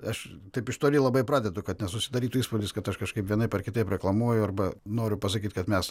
aš taip iš toli labai pradedu kad nesusidarytų įspūdis kad aš kažkaip vienaip ar kitaip reklamuoju arba noriu pasakyti kad mes